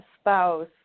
spouse